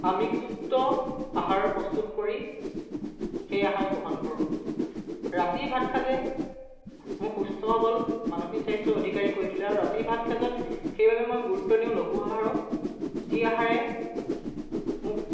আমিষযুক্ত আহাৰ প্ৰস্তুত কৰি সেই আহাৰ গ্ৰহণ কৰোঁ ৰাতিৰ ভাত সাঁজে মোক সুস্থ সৱল মানসিক স্বাস্থ্য অধিকাৰী কৰি তোলে আৰু ৰাতিৰ ভাত সাঁজত সেইবাবে মই গুৰুত্ব দিওঁ লঘু আহাৰক যি আহাৰে মোক